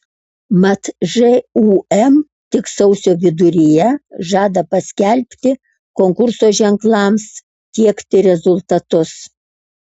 mat žūm tik sausio viduryje žada paskelbti konkurso ženklams tiekti rezultatus